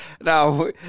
now